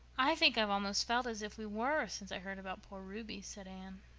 i think i've almost felt as if we were since i heard about poor ruby, said anne.